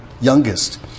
youngest